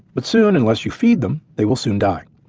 but soon unless you feed them they will soon die.